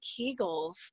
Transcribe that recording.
Kegels